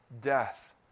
death